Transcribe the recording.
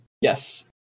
Yes